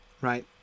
right